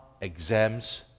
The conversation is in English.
exams